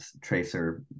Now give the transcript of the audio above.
Tracer